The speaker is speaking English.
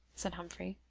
said humphrey.